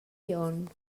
glion